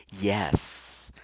Yes